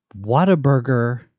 Whataburger